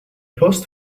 paused